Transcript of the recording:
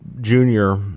junior